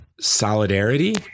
solidarity